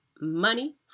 money